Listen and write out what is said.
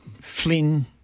Flynn